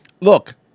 Look